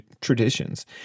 traditions